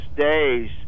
days